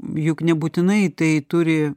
juk nebūtinai tai turi